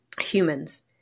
humans